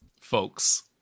folks